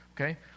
okay